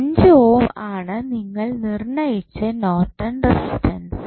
5 ohm ആണ് നിങ്ങൾ നിർണ്ണയിച്ച് നോർട്ടൺ റെസിസ്റ്റൻസ്